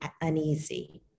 uneasy